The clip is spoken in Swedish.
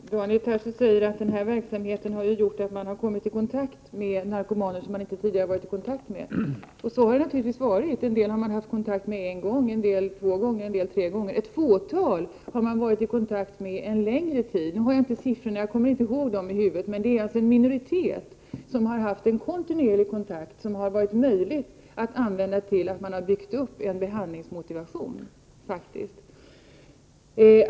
Herr talman! Daniel Tarschys säger att verksamheten i Lund har gjort att man kommit i kontakt med narkomaner som man inte tidigare varit i kontakt med. Så har det naturligtvis varit: En del har man haft kontakt med en gång, en del två gånger, en del tre gånger. Ett fåtal har man varit i kontakt med en längre tid. Nu har jag inte siffrorna i huvudet, men det är faktiskt en minoritet som man haft en kontinuerlig kontakt med, en kontakt som varit möjlig att använda till att bygga upp en behandlingsmotivation.